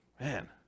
man